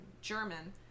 German